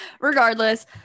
Regardless